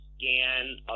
scan